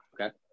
Okay